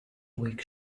week